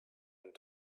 and